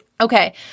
Okay